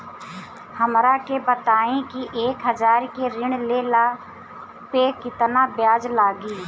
हमरा के बताई कि एक हज़ार के ऋण ले ला पे केतना ब्याज लागी?